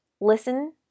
listen